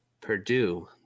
Purdue